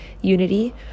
unity